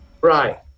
Right